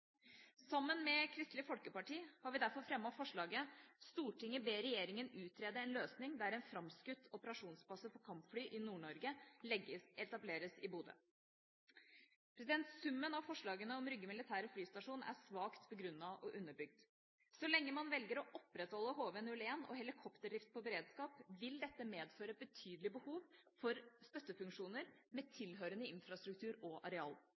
Sammen med Kristelig Folkeparti har vi derfor fremmet forslaget: «Stortinget ber regjeringen utrede en løsning der en fremskutt operasjonsbase for kampfly i Nord-Norge etableres i Bodø.» Summen av forslagene om Rygge militære flystasjon er svakt begrunnet og underbygd. Så lenge man velger å opprettholde HV-01 og helikopterdrift på beredskap, vil det medføre betydelige behov for støttefunksjoner med tilhørende infrastruktur og areal.